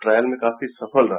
trial में काफी सफल रहा